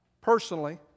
personally